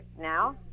Now